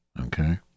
okay